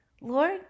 Lord